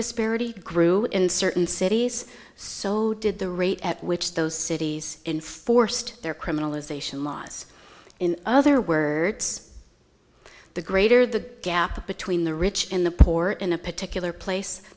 disparity grew in certain cities so did the rate at which those cities inforced their criminalization laws in other words the greater the gap between the rich in the port in a particular place